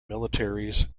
militaries